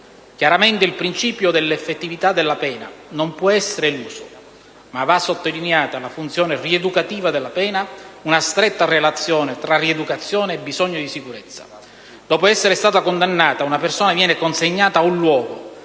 Chiaramente, il principio dell'effettività della pena non può essere eluso, ma va sottolineata la funzione rieducativa della pena, la stretta relazione tra rieducazione e bisogno di sicurezza. Dopo essere stata condannata una persona viene consegnata a un luogo